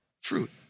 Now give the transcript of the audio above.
fruit